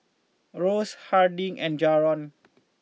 Rose Harding and Jaron